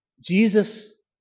Jesus